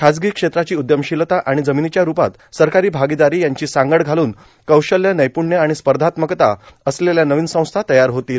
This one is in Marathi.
खाजगी क्षेत्राची उदयमशीलता आणि जमिनीच्या रुपात सरकारी भागीदारी यांची सांगड घालून कौशल्य नैप्ण्य आणि स्पर्धात्मकता असलेल्या नवीन संस्था तयार होतील